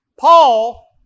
Paul